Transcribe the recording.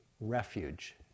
refuge